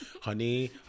Honey